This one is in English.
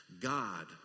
God